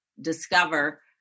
discover